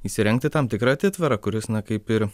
įsirengti tam tikra atitvarą kuris na kaip ir